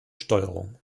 steuerung